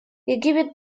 египет